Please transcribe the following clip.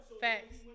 Facts